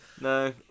No